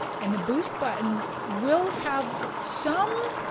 and the boost button will have some